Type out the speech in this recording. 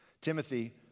Timothy